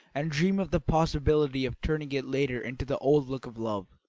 and dream of the possibility of turning it later into the old look of love.